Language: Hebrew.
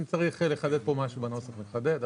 אם צריך לחדד כאן משהו בנוסח, נחדד.